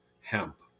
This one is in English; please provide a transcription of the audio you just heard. hemp